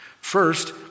First